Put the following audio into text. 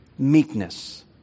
meekness